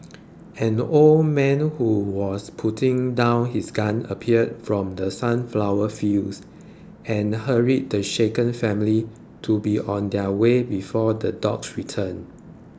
an old man who was putting down his gun appeared from the sunflower fields and hurried the shaken family to be on their way before the dogs return